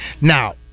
now